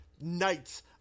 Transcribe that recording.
knights